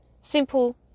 Simple